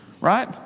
right